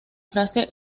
frase